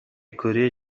کوری